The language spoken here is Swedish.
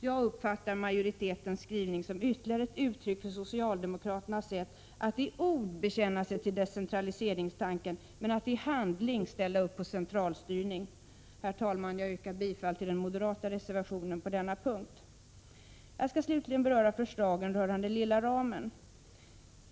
Jag uppfattar majoritetens skrivning som ytterligare ett uttryck för socialdemokraternas sätt att i ord bekänna sig till decentraliseringstanken men i handling ställa upp på centralstyrning. Herr talman! Jag yrkar bifall till den moderata reservationen på denna punkt. Jag skall slutligen beröra förslagen rörande lilla ramen.